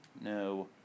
No